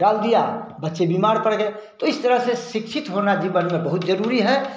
डाल दिया बच्चे बीमार पड़ गए तो इस तरह से शिक्षित होना जीवन में बहुत ज़रूरी है